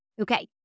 Okay